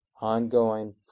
ongoing